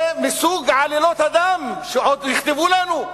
זה מסוג עלילות הדם שעוד יכתבו לנו,